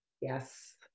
Yes